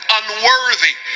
unworthy